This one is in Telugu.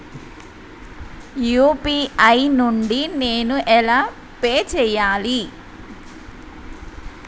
యూ.పీ.ఐ నుండి నేను ఎలా పే చెయ్యాలి?